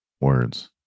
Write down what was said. words